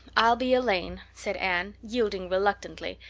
i'll be elaine, said anne, yielding reluctantly,